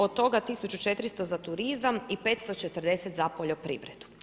Od toga 1400 za turizam i 540 za poljoprivredu.